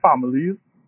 families